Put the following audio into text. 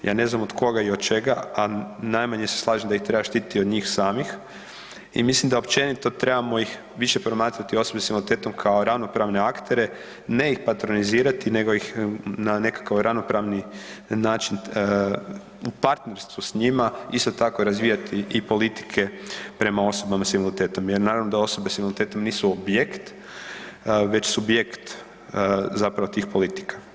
Ja ne znam od koga i od čega, a najmanje se slažem da ih treba štititi od njih samih i mislim da općenito trebamo ih više promatrati osobe s invaliditetom kao ravnopravne aktere, ne ih patronizirati nego ih na nekakav ravnopravni način u partnerstvu s njima isto tako razvijati i politike prema osobama s invaliditetom jer naravno da osobe s invaliditetom nisu objekt već subjekt tih politika.